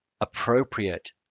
appropriate